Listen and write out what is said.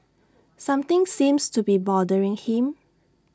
something seems to be bothering him